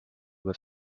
with